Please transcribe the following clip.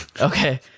Okay